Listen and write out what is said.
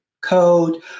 Code